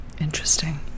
Interesting